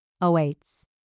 awaits